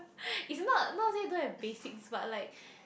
is not not say don't have basics but like